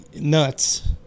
nuts